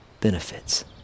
benefits